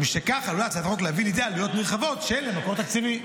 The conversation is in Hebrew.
ומשכך עלולה הצעת החוק להביא לידי עלויות נרחבות שאין להן מקור תקציבי.